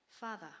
Father